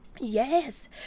Yes